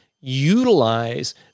utilize